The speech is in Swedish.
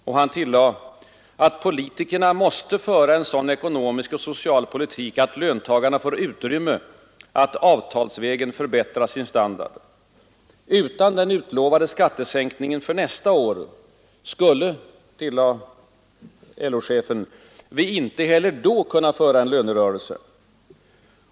Och han tillade att ”politikerna måste föra en sådan ekonomisk och social politik, att löntagarna får utrymme att avtalsvägen förbättra sin standard”. Utan den utlovade skattesänkningen för nästa år ”skulle vi inte heller då kunna föra en lönerörelse”.